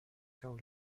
cao